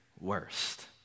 worst